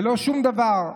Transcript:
ולא שום דבר.